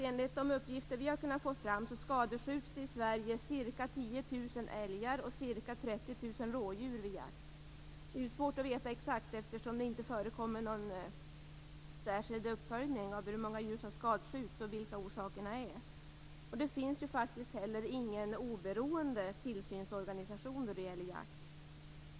Enligt de uppgifter vi har kunnat få fram skadskjuts i Det är ju svårt att veta exakt, eftersom det inte förekommer någon särskild uppföljning av hur många djur som skadskjuts och vilka orsakerna är. Det finns ju faktiskt inte heller någon oberoende tillsynsorganisation när det gäller jakt.